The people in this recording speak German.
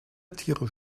tiere